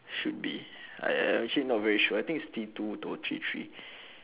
should be I I actually not very sure I think it's T two though T three